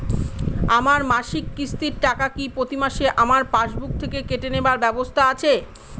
আমার মাসিক কিস্তির টাকা কি প্রতিমাসে আমার পাসবুক থেকে কেটে নেবার ব্যবস্থা আছে?